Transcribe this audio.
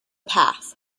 path